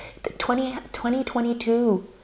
2022